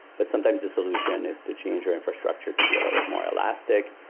but sometimes the solution is to change your infrastructure to be a little bit more elastic,